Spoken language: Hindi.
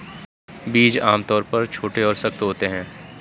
बीज आमतौर पर छोटे और सख्त होते हैं